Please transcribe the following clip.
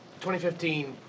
2015